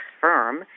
firm